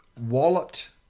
walloped